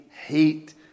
hate